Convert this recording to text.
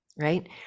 right